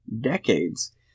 decades